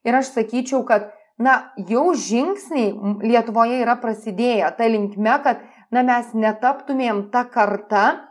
ir aš sakyčiau kad na jau žingsniai lietuvoje yra prasidėję ta linkme kad na mes netaptumėm ta karta